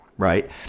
right